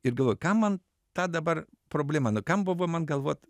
ir galvoju ką man ta dabar problema nu kam buvo man galvot